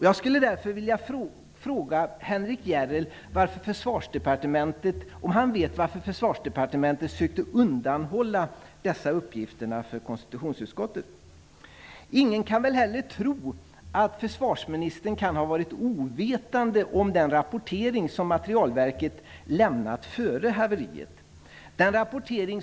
Jag skulle därför vilja fråga Henrik Järrel om han vet varför Försvarsdepartementet försökte undanhålla dessa uppgifter för konstitutionsutskottet. Ingen kan väl heller tro att försvarsministern kan ha varit ovetande om den rapportering som Försvarets materielverk gjort före haveriet.